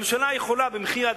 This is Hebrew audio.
הממשלה יכולה במחי-יד,